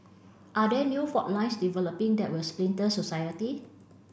are there new fault lines developing that will splinter society